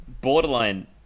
Borderline